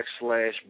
backslash